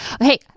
Hey